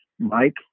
Mike